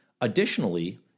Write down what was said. Additionally